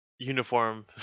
Uniform